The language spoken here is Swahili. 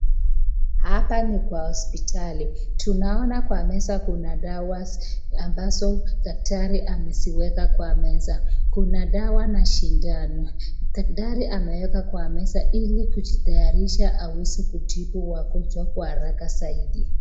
Hapa ni kwa hospitali. Tunaona kwa meza kuna dawa ambazo daktari ameziweka kwa meza. Kuna dawa na sindano. Daktari anaweka kwa meza ili kujitayarisha aweze kutibu wagonjwa kwa haraka zaidi.